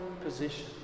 position